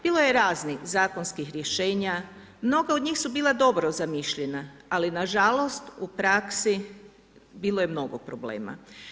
Bilo je raznih zakonskih rješenja, mnoga od njih su bila dobro zamišljena, ali nažalost u praksi bilo je mnogo problema.